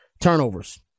Turnovers